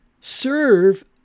serve